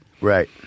Right